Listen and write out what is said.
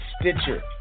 Stitcher